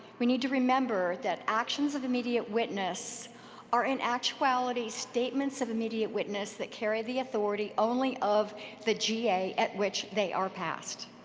we need to remember that actions of immediate witness are, in actuality, statements of immediate witness that carry the authority only of the ga at which they are passed.